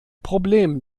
problem